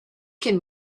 can